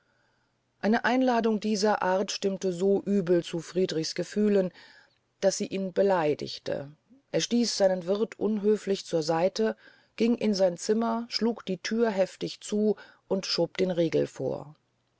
eine einladung dieser art stimmte so übel zu friedrichs gefühlen daß sie ihn beleidigte er stieß seinen wirth unhöflich bey seite ging in sein zimmer schlug die thür heftig zu und schob den riegel vor